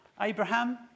Abraham